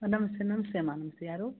ನಮಸ್ತೆ ನಮಸ್ತೆಯಮ್ಮ ನಮಸ್ತೆ ಯಾರು